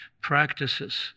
practices